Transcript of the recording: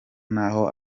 n’aho